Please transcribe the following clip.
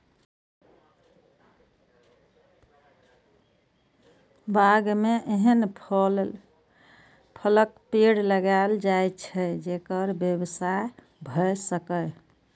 बाग मे एहन फलक पेड़ लगाएल जाए छै, जेकर व्यवसाय भए सकय